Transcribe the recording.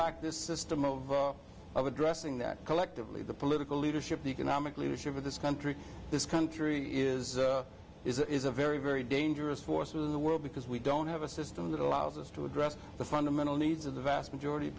lack this system of of addressing that collectively the political leadership the economic leadership of this country this cunt three is is a very very dangerous force in the world because we don't have a system that allows us to address the fundamental needs of the vast majority of